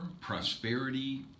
Prosperity